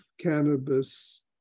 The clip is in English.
cannabis